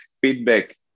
feedback